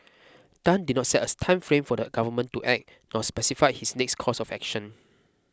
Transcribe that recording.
Tan did not set a time frame for the government to act nor specified his next course of action